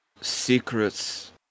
secrets